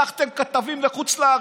שלחתם כתבים לחוץ לארץ,